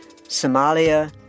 Somalia